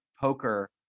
poker